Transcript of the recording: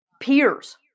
peers